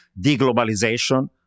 deglobalization